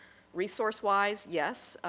resource wise, yes.